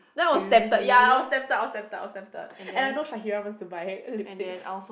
that was tempted ya I was tempted I was tempted I was tempted and I know Shahira wants to buy lipstick so